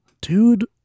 dude